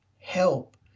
help